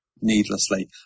needlessly